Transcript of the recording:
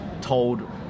told